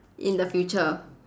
in the future